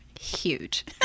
Huge